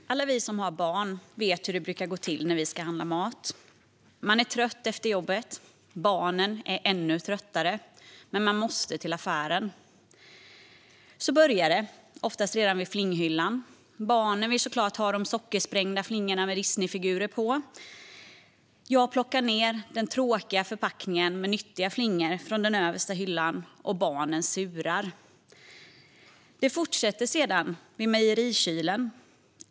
Fru talman! Alla vi som har barn vet hur det brukar gå till när vi ska handla mat. Man är trött efter jobbet. Barnen är ännu tröttare, men man måste till affären. Det börjar oftast redan vid flinghyllan. Barnen vill såklart ha de sockersprängda flingorna med Disneyfigurer på. Jag plockar ned den tråkiga förpackningen med nyttiga flingor från översta hyllan, och barnen surar. Det fortsätter vid mejerikylen.